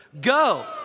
Go